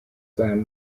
then